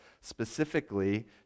specifically